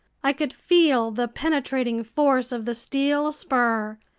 i could feel the penetrating force of the steel spur.